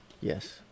Yes